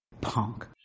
Punk